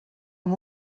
amb